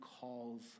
calls